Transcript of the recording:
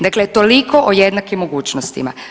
Dakle toliko o jednakim mogućnostima.